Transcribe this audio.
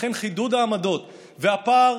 לכן, חידוד העמדות והפער